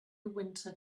winter